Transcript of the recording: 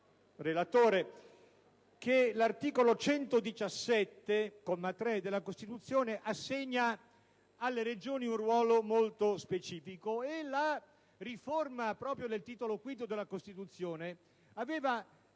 che l'articolo 117 della Costituzione assegna alle Regioni un ruolo molto specifico e la riforma del Titolo V della Costituzione aveva